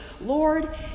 Lord